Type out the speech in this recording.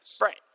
Right